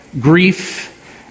grief